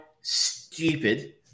stupid